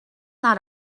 that